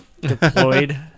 deployed